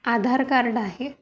आधार card आहे